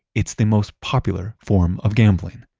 it's the most popular form of gambling.